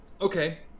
Okay